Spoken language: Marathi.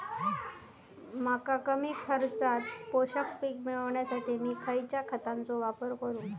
मका कमी खर्चात पोषक पीक मिळण्यासाठी मी खैयच्या खतांचो वापर करू?